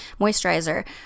moisturizer